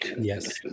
Yes